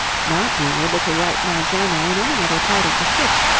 not being able to write my journal in any other part of the ship,